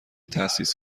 تأسیس